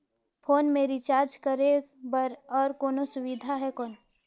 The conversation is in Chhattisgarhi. फोन मे रिचार्ज करे बर और कोनो सुविधा है कौन?